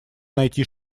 найти